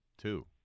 two